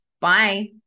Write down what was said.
Bye